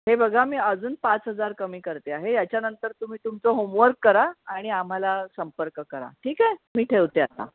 हे बघा मी अजून पाच हजार कमी करते आहे याच्यानंतर तुम्ही तुमचं होमवर्क करा आणि आम्हाला संपर्क करा ठीक आहे मी ठेवते आता